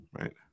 right